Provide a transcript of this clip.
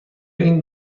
این